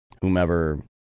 whomever